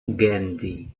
gandhi